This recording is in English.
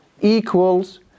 equals